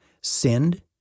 sinned